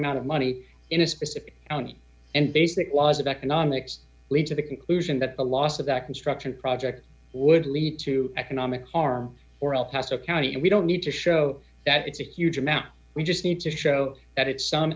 amount of money in a specific county and basic laws of economics lead to the conclusion that the loss of that construction project would lead to economic harm or el paso county and we don't need to show that it's a huge amount we just need to show that it's some